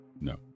No